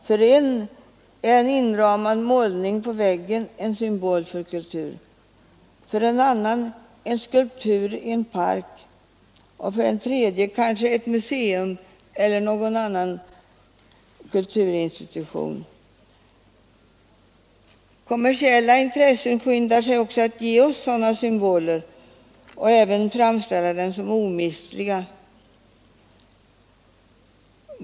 För en är en inramad målning på väggen symbol för kultur, för en annan en skulptur i parken och för en tredje kanske ett museum eller en annan kulturinstitution. Kommersiella intressen skyndar sig också att ge oss nya sådana symboler och även att framställa dessa som omistliga.